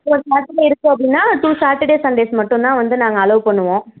four Saturday இருக்குது அப்படின்னா two Saturday Sundays மட்டும்தான் வந்து நாங்கள் அல்லோவ் பண்ணுவோம்